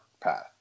path